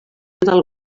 del